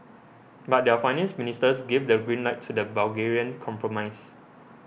but their finance ministers gave the green light to the Bulgarian compromise